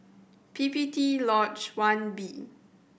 P P T Lodge One B